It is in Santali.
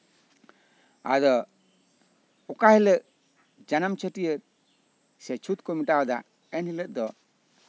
ᱟᱫᱚ ᱚᱠᱟ ᱦᱤᱞᱳᱜ ᱡᱟᱱᱟᱢ ᱪᱷᱟᱹᱴᱭᱟᱹᱨ ᱪᱷᱩᱸᱛ ᱠᱚ ᱢᱮᱴᱟᱣ ᱫᱟ ᱮᱱ ᱦᱤᱞᱳᱜ ᱫᱚ